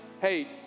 Hey